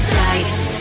dice